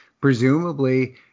presumably